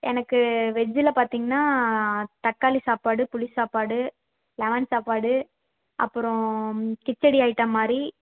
எனக்கு வெஜ்ஜில் பார்த்திங்ன்னா தக்காளி சாப்பாடு புளி சாப்பாடு லெமன் சாப்பாடு அப்புறம் கிச்சடி ஐட்டம் மாதிரி